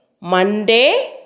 Monday